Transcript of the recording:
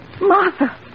Martha